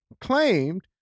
claimed